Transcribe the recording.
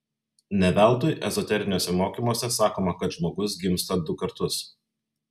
ne veltui ezoteriniuose mokymuose sakoma kad žmogus gimsta du kartus